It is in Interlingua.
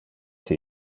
que